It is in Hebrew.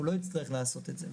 הוא לא יצטרך לעשות את זה.